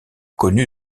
connu